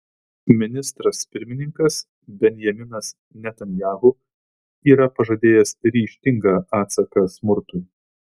ministras pirmininkas benjaminas netanyahu yra pažadėjęs ryžtingą atsaką smurtui